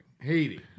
Haiti